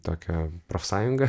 tokią profsąjungą